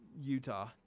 Utah